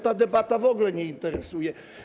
Ta debata w ogóle go nie interesuje.